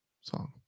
song